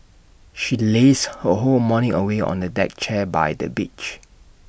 she lazed her whole morning away on A deck chair by the beach